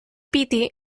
piti